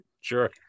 sure